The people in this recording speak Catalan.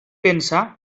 pensar